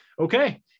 okay